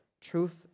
truth